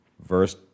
Verse